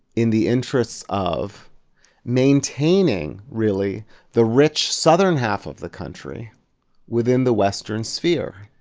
in the interests of maintaining really the rich southern half of the country within the western sphere.